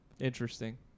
Interesting